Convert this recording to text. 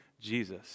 Jesus